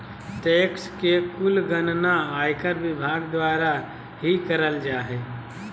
tax के कुल गणना आयकर विभाग द्वारा ही करल जा हय